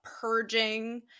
purging